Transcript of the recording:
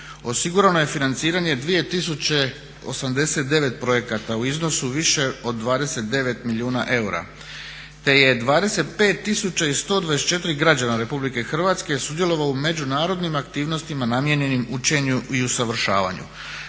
osigurano je financiranje 2089 projekata u iznosu više od 29 milijuna eura te je 25 tisuća i 124 građana Republike Hrvatske sudjelovalo u međunarodnim aktivnostima namijenjenim učenju i usavršavanju.